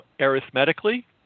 arithmetically